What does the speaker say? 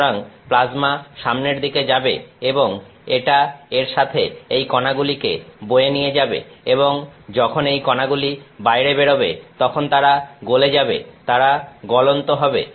সুতরাং প্লাজমা সামনের দিকে যাবে এবং এটা এর সাথে এই কণাগুলিকে বয়ে নিয়ে যাবে এবং যখন এই কণাগুলি বাইরে বেরোবে তখন তারা গলে যাবে তারা গলন্ত হবে